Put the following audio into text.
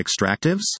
extractives